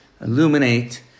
illuminate